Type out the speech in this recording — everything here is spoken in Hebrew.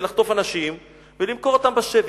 זה לחטוף אנשים ולמכור אותם בשבי.